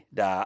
da